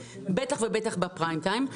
בטח בפריים-טיים,